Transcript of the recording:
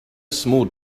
small